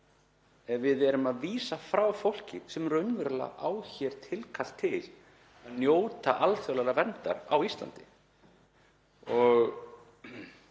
ef við erum að vísa frá fólki sem raunverulega á hér tilkall til að njóta alþjóðlegrar verndar á Íslandi. Ég